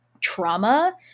trauma